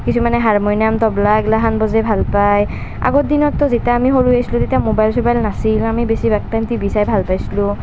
কিছুমানে হাৰমনিয়াম তাবলা এইগিলাখন বজাই ভাল পায় আগৰ দিনতটো যেতিয়া আমি সৰু আছিলোঁ তেতিয়া মোবাইল চোবাইল নাছিল আমি বেছি ভাগ টাইম টি ভি চাই ভাল পাইছিলোঁ